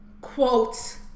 quote